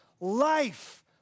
life